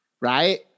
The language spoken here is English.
right